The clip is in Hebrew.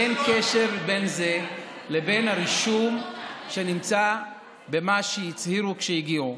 אין קשר בין זה לבין הרישום שנמצא במה שהצהירו כשהגיעו,